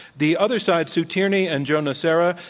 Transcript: the other side, sue tierney and joe nocera,